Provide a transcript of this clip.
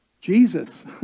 Jesus